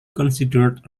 considered